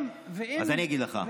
אז אני אגיד לך.